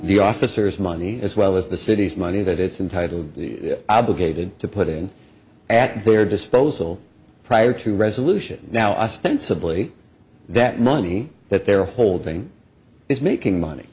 the officers money as well as the city's money that it's in title obligated to put in at their disposal prior to resolution now ostensibly that money that they're holding is making money